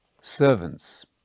servants